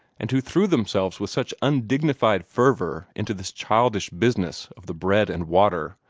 and who threw themselves with such undignified fervor into this childish business of the bread and water,